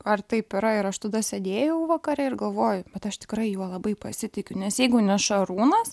ar taip yra ir aš tada sėdėjau vakare ir galvoju bet aš tikrai juo labai pasitikiu nes jeigu ne šarūnas